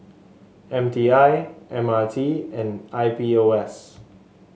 M T I M R T and I P O S